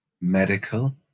medical